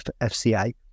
FCA